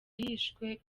yishwe